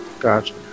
Gotcha